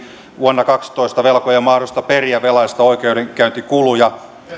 vuonna kaksitoista velkojan mahdollisuutta periä velalliselta oikeudenkäyntikuluja